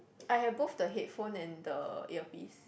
I have both the headphone and the earpiece